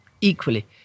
equally